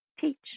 teach